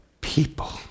people